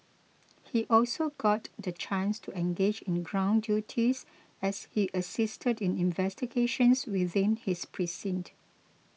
he also got the chance to engage in ground duties as he assisted in investigations within his precinct